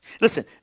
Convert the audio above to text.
Listen